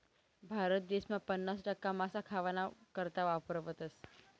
भारत देसमा पन्नास टक्का मासा खावाना करता वापरावतस